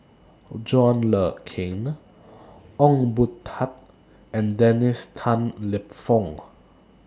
John Le Cain Ong Boon Tat and Dennis Tan Lip Fong